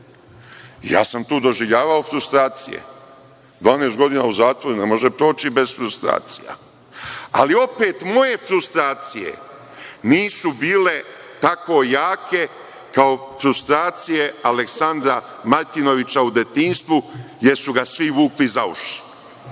Ja sam tu doživljavao frustracije, 12 godina u zatvoru ne može proći bez frustracija, ali opet moje frustracije nisu bile tako jako kao frustracije Aleksandra Martinovića u detinjstvu jer su ga svi vukli za uši…